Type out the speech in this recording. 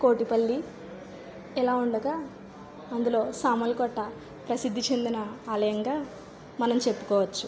కోటిపల్లి ఎలా ఉండగా అందులో సామర్లకోట ప్రసిద్ధి చెందిన ఆలయంగా మనం చెప్పుకోవచ్చు